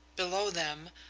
below them,